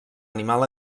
animal